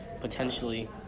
potentially